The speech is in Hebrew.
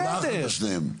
הצבעה אחת לשניהם.